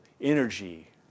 energy